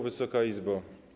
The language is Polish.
Wysoka Izbo!